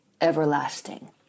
everlasting